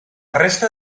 resta